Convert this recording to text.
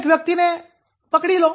કોઈક વ્યક્તિને તે કામ માટે પકડી લો